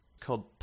called